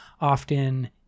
often